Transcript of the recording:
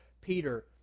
Peter